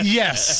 yes